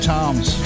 Toms